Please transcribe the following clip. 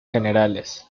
generales